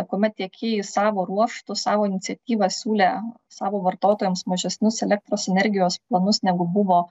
kuomet tiekėjai savo ruožtu savo iniciatyva siūlė savo vartotojams mažesnius elektros energijos planus negu buvo